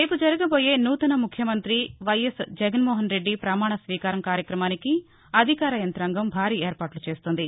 రేపు జరగబోయే నూతన ముఖ్యమంతి వైఎస్ జగన్మోహన్రెడ్డి ప్రమాణస్వీకారం కార్యక్రమానికి అధికార యంతాంగం భారీ ఏర్పాట్ల చేస్తోంది